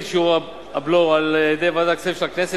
את שיעור הבלו על-ידי ועדת הכספים של הכנסת,